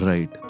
Right